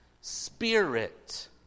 spirit